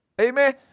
Amen